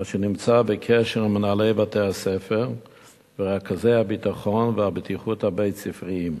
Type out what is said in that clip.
אשר נמצא בקשר עם מנהלי בתי-הספר ורכזי הביטחון והבטיחות הבית-ספריים.